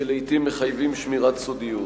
שלעתים מחייבים שמירת סודיות.